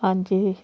ਹਾਂਜੀ